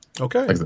okay